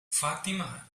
fatima